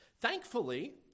Thankfully